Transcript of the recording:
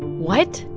what?